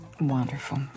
Wonderful